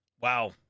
Wow